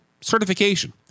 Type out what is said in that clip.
certification